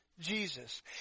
Jesus